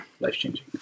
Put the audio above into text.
life-changing